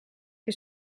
que